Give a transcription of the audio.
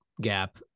gap